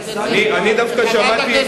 אני דווקא שמעתי, איפה אתם?